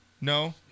No